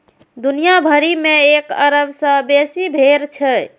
दुनिया भरि मे एक अरब सं बेसी भेड़ छै